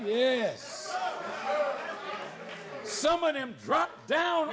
yes some of them drop down